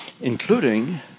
including